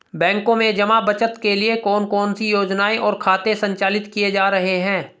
बैंकों में जमा बचत के लिए कौन कौन सी योजनाएं और खाते संचालित किए जा रहे हैं?